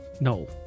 No